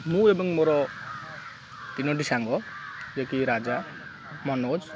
ମୁଁ ଏବଂ ମୋର ତିନୋଟି ସାଙ୍ଗ ଯିଏକି ରାଜା ମନୋଜ